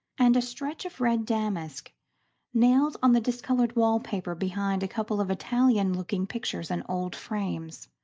and a stretch of red damask nailed on the discoloured wallpaper behind a couple of italian-looking pictures in old frames.